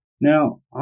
Now